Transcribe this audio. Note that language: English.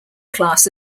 class